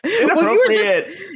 Inappropriate